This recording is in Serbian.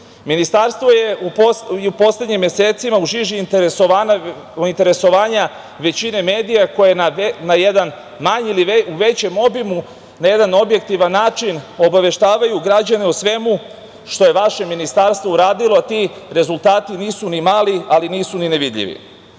Ministarstvo je u poslednjim mesecima u žiži interesovanja većine medija koji u jednom manjem ili većem obimu na jedan objektivan način obaveštavaju građane o svemu što je vaše ministarstvo radilo, a ti rezultati nisu ni mali, ali nisu ni nevidljivi. Rezultate